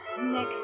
Nick